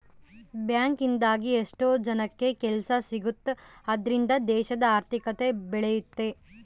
bank ಇಂದಾಗಿ ಎಷ್ಟೋ ಜನಕ್ಕೆ ಕೆಲ್ಸ ಸಿಗುತ್ತ್ ಅದ್ರಿಂದ ದೇಶದ ಆರ್ಥಿಕತೆ ಬೆಳಿಯುತ್ತೆ